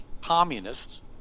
communists